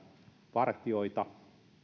vartijoita